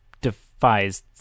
defies